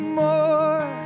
more